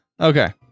Okay